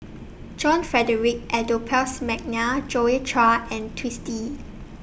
John Frederick Adolphus Mcnair Joi Chua and Twisstii